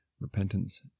Repentance